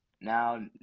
now